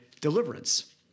deliverance